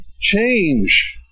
change